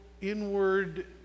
inward